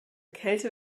kälte